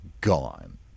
Gone